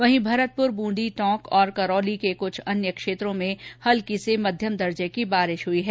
वहीं भरतपुर बूंदी टोंक और करौली के कुछ अन्य क्षेत्रों में भी हल्की से मध्यम दर्जे की बारिश हुई है